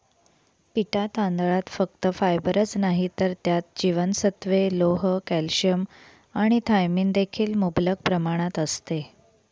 पिटा तांदळात फक्त फायबरच नाही तर त्यात जीवनसत्त्वे, लोह, कॅल्शियम आणि थायमिन देखील मुबलक प्रमाणात असते